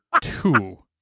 two